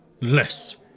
Less